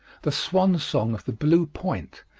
the swan song of the blue point,